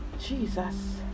Jesus